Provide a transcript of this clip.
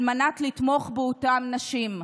על מנת לתמוך באותן נשים.